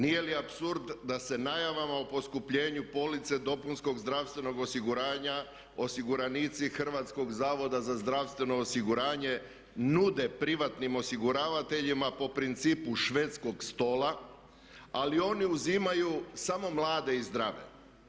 Nije li apsurd da se najavama o poskupljenju police dopunskog zdravstvenog osiguranja osiguranici Hrvatskog zavoda za zdravstveno osiguranje nude privatnim osiguravateljima po principu švedskog stola ali oni uzimaju samo mlade i zdrave?